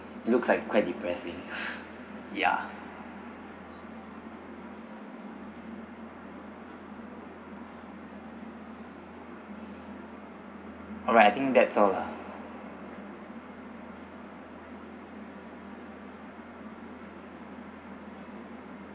looks like quite depressing ya alright I think that's all lah